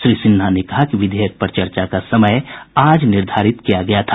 श्री सिन्हा ने कहा कि विधेयक पर चर्चा का समय आज निर्धारित किया गया था